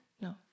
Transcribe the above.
No